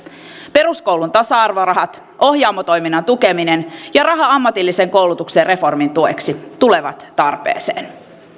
peruskoulun tasa arvorahat ohjaamo toiminnan tukeminen ja raha ammatillisen koulutuksen reformin tueksi tulevat tarpeeseen